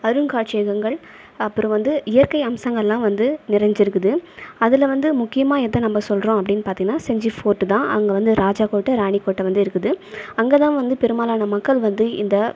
அருங்காட்சியகங்கள் அப்புறம் வந்து இயற்கை அம்சங்கள்ளா வந்து நிறஞ்சுருக்குது அதில் வந்து முக்கியமாக எதை நம்ம சொல்லுறோம் அப்படினு பார்த்தீங்கனா செஞ்சு ஃபோர்ட் தான் அங்க வந்து ராஜா கோட்டை ராணி கோட்டை வந்துருக்குது அங்கே தான் வந்து பெரும்பாலான மக்கள் வந்து இந்த